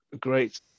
great